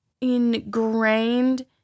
ingrained